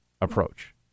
approach